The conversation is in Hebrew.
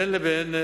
בין לבין,